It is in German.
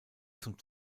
zum